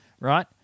Right